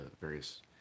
various